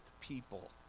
people